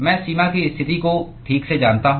मैं सीमा की स्थिति को ठीक से जानता हूं